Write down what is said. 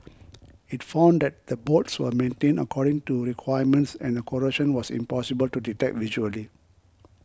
it found that the bolts were maintained according to requirements and the corrosion was impossible to detect visually